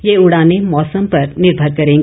ये उड़ानें मौसम पर निर्भर करेंगी